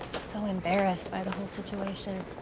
so embarrassed by the whole situation.